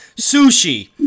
sushi